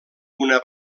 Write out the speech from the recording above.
una